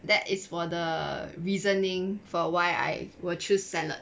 that is for the reasoning for why I will choose salad